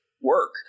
work